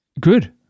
Good